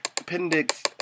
Appendix